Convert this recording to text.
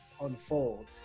unfold